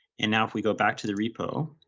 and now if we go back to the repo